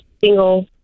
single